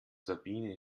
sabine